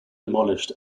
demolished